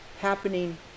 happening